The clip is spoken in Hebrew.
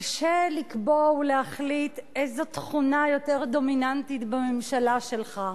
קשה לקבוע ולהחליט איזו תכונה יותר דומיננטית בממשלה שלך,